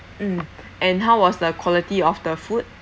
mm and how was the quality of the food